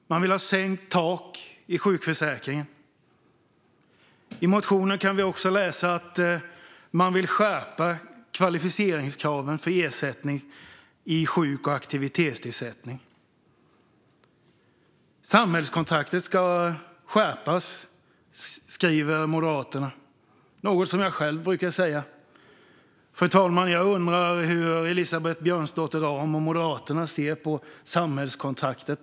Man vill ha sänkt tak i sjukförsäkringen. I motionen kan vi också läsa att man vill skärpa kvalificeringskraven för ersättning i sjuk och aktivitetsersättningen. Samhällskontraktet ska skärpas, skriver Moderaterna. Detta är något som jag själv brukar säga. Fru talman! Jag undrar hur Elisabeth Björnsdotter Rahm och Moderaterna ser på samhällskontraktet.